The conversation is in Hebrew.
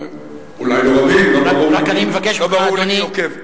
אולי לא רבים, לא ברור לי מי עוקב.